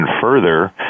further